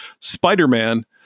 Spider-Man